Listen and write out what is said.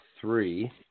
Three